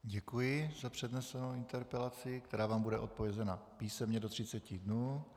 Děkuji za přednesenou interpelaci, na kterou vám bude odpovězeno písemně do 30 dnů.